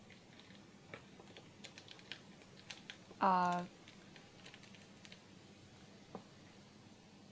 uh